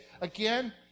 again